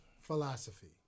philosophy